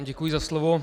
Děkuji za slovo.